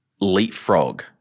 leapfrog